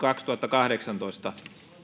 kaksituhattakahdeksantoista